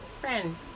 Friend